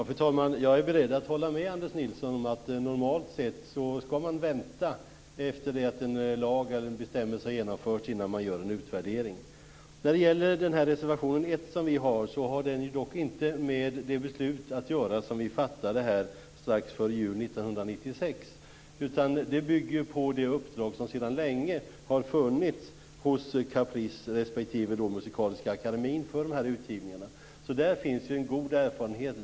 Fru talman! Jag är beredd att hålla med Anders Nilsson om att man normalt sett skall vänta efter det att en lag eller en bestämmelse har genomförts innan man gör en utvärdering. Reservation 1 har dock inte att göra med det beslut som riksdagen fattade strax före jul 1996. Den bygger på det uppdrag för de här utgivningarna som sedan länge har funnits hos Caprice respektive Musikaliska akademien. Där finns ju en god erfarenhet.